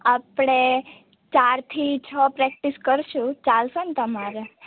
આપણે ચારથી છ પ્રેક્ટિસ કરીશું ચાલશે ને તમારે